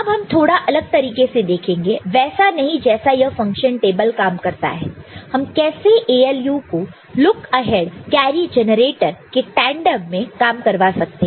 अब हम थोड़ा अलग तरीके से देखेंगे वैसा नहीं जैसे यह फंक्शन टेबल काम करता है हम कैसे ALU को लुक अहेड कैरी जेनरेटर के टेंडम में काम करवा सकते हैं